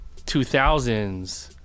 2000s